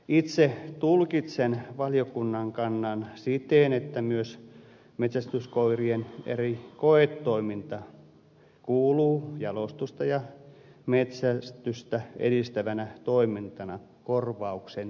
itse tulkitsen valiokunnan kannan siten että myös metsästyskoirien koetoiminta kuuluu jalostusta ja metsästystä edistävänä toimintana korvauksen piiriin